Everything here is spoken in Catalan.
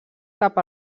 cap